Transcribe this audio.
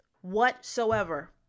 whatsoever